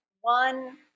one